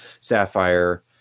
sapphire